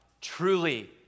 truly